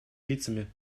лицами